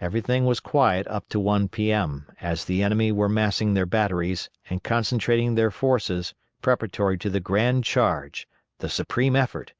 everything was quiet up to one p m, as the enemy were massing their batteries and concentrating their forces preparatory to the grand charge the supreme effort